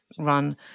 run